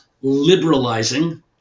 liberalizing